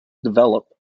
develop